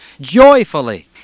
joyfully